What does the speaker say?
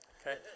Okay